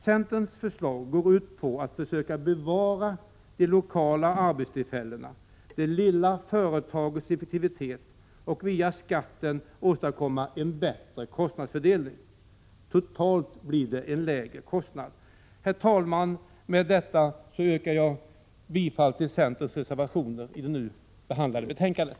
Centerns förslag går ut på att försöka bevara de lokala arbetstillfällena, det lilla företagets effektivitet och att via skatter åstadkomma en bättre kostnadsfördelning och totalt få en lägre kostnad. Herr talman! Jag yrkar med detta bifall till centerns reservation i det nu behandlade betänkandet.